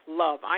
love